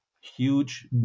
huge